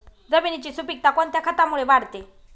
जमिनीची सुपिकता कोणत्या खतामुळे वाढते?